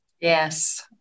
Yes